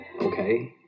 Okay